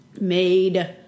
Made